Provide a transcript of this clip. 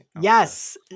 Yes